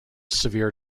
severe